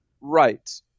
Right